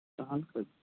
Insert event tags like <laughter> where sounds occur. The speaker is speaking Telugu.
<unintelligible>